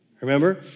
remember